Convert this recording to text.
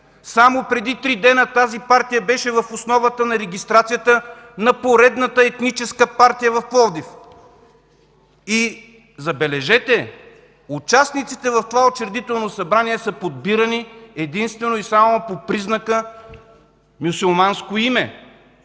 Само преди три дни тази партия беше в основата на регистрацията на поредната етническа партия в Пловдив, и – забележете – участниците в това учредително събрание са подбирани единствено и само по признака мюсюлманско име.